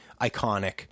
iconic